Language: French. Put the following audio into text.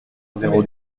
zéro